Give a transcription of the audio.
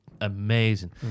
amazing